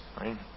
right